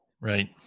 Right